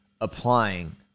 applying